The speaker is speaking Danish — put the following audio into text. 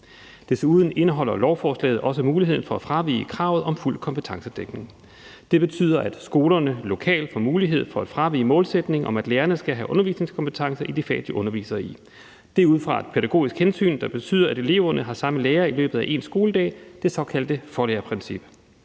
Desuden indeholder lovforslaget også muligheden for at fravige kravet om fuld kompetencedækning. Det betyder, at skolerne lokalt får mulighed for at fravige målsætningen om, at lærerne skal have undervisningskompetence i de fag, de underviser i. Det er ud fra et pædagogisk hensyn, der betyder, at eleverne har samme lærer i løbet af en skoledag, det såkaldte fålærerprincip.